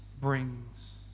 brings